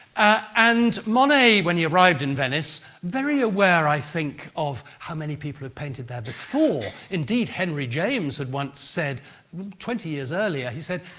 and monet, when he arrived in venice, very aware, i think, of how many people had painted there before. indeed, henry james had once said twenty years earlier, he said,